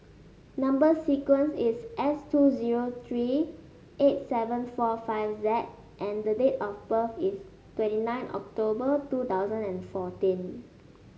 number sequence is S two zero three eight seven four five Z and the date of birth is twenty nine October two thousand and fourteen